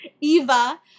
Eva